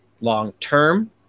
long-term